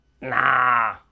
nah